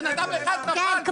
בן אדם אחד נפל --- כן,